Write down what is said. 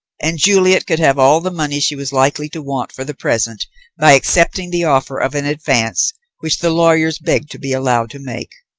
and juliet could have all the money she was likely to want for the present by accepting the offer of an advance which the lawyers begged to be allowed to make.